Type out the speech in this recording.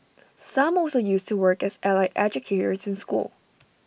some also used to work as allied educators in schools